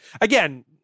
again